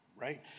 right